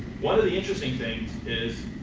one of the interesting things is